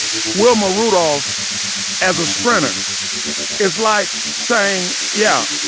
wilma rudolph as a sprinter is like saying, yeah,